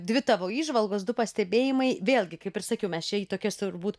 dvi tavo įžvalgos du pastebėjimai vėlgi kaip ir sakiau mes čia į tokias turbūt